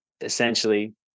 essentially